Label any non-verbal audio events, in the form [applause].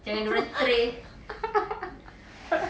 [laughs]